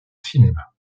cinéma